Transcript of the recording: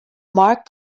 marc